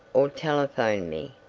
or telephoned me,